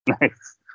Nice